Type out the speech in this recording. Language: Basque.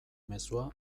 mezua